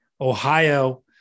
Ohio